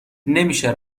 نمیشه